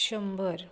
शंबर